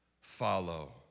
follow